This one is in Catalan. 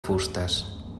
fustes